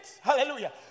Hallelujah